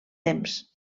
temps